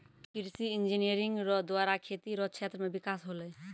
कृषि इंजीनियरिंग रो द्वारा खेती रो क्षेत्र मे बिकास होलै